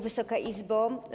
Wysoka Izbo!